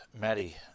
Matty